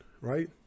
right